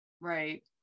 right